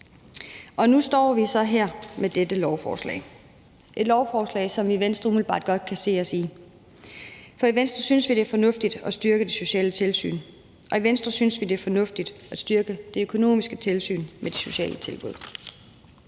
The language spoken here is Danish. Og nu står vi så her med dette lovforslag, et lovforslag, som vi i Venstre umiddelbart godt kan se os i. For i Venstre synes vi, det er fornuftigt at styrke det sociale tilsyn, og i Venstre synes vi, det er fornuftigt at styrke det økonomiske tilsyn med de sociale tilbud.